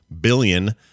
billion